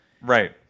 Right